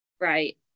Right